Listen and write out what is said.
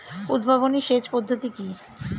উদ্ভাবনী সেচ পদ্ধতি কি?